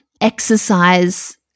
exercise